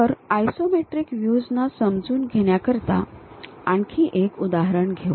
तर isometric views ना समजून घेण्याकरिता आणखी एक उदाहरण घेऊ